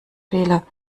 fehler